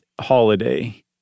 holiday